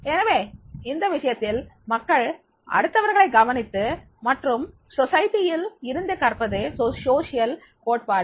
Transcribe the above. எனவே இந்த விஷயத்தில் மக்கள் அடுத்தவர்களை கவனித்து மற்றும் சமூகத்தில் இருந்து கற்பது சமூக கோட்பாடு